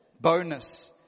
bonus